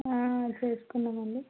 చేసుకున్నామండీ